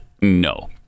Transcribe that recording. No